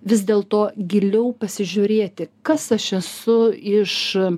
vis dėlto giliau pasižiūrėti kas aš esu iš